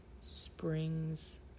springs